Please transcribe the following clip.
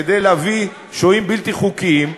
כדי להביא שוהים בלתי חוקיים,